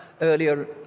earlier